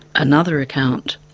another account,